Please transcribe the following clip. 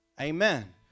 amen